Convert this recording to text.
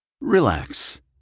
Relax